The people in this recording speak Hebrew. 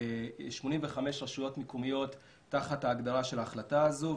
85 רשויות מקומיות תחת ההגדרה של ההחלטה הזו.